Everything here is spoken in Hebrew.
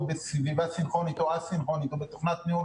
בסביבה סינכרונית או א-סינכרונית או בתוכנת ניהול,